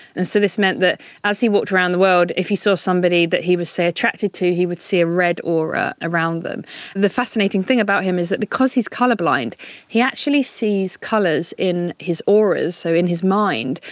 and so this meant that as he walked around the world, if he saw so somebody that he was, say, attracted to, he would see a red aura around them. and the fascinating thing about him is that because he's colour blind he actually sees colours in his auras, so in his mind,